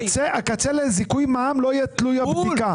הקצה לזיכוי מע"מ לא יהיה תלוי הבדיקה.